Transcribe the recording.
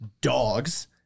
Dogs